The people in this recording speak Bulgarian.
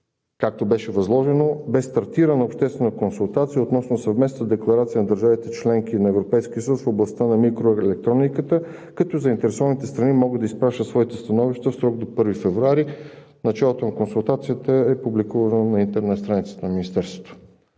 както беше възложено, бе стартирана обществена консултация относно съвместната декларация на държавите – членки на Европейския съюз, в областта на микроелектрониката, като заинтересованите страни могат да изпращат своите становища в срок до 1 февруари. Началото на консултацията е публикувано на интернет страницата на Министерството.